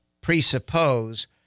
presuppose